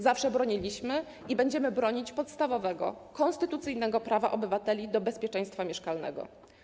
Zawsze broniliśmy i będziemy bronić podstawowego, konstytucyjnego prawa obywateli do bezpieczeństwa mieszkalnego.